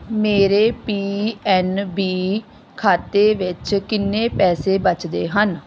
ਮੇਰੇ P N B ਖਾਤੇ ਵਿੱਚ ਕਿੰਨੇ ਪੈਸੇ ਬਚਦੇ ਹਨ